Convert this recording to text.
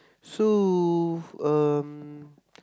so um